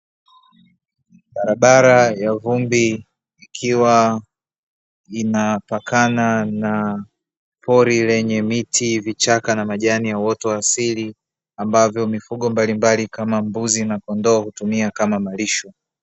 Barabara ya vumbi ikiwa inapakana na pori lenye miti, vichaka na majani ya uoto wa asili, ambavyo mifugo mbalimbali kama mbuzi na kondoo hutumia kama malisho.